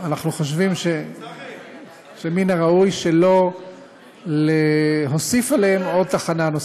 אנחנו חושבים שמן הראוי שלא להוסיף עליהן עוד תחנה.